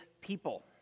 People